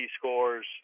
scores